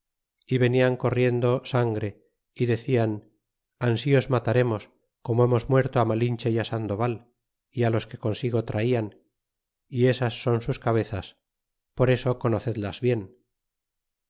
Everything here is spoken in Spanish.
y venian corriendo sangre y decian ansi os mataremos como hemos nenerto bialinche y sandoval y los que consigo traian y esas con sus cabezas por eso conocedlas bien